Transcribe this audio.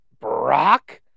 Brock